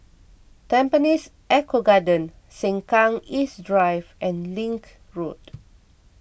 Tampines Eco Garden Sengkang East Drive and Link Road